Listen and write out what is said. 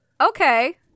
Okay